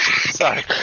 Sorry